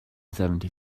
seventy